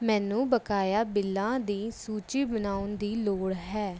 ਮੈਨੂੰ ਬਕਾਇਆ ਬਿੱਲਾਂ ਦੀ ਸੂਚੀ ਬਣਾਉਣ ਦੀ ਲੋੜ ਹੈ